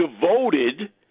devoted